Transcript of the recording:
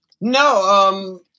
No